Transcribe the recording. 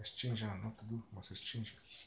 exchange ah what to do must exchange